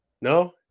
no